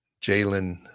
Jalen